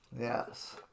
yes